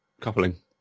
coupling